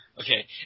Okay